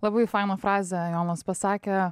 labai fainą frazę jonas pasakė